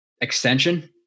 extension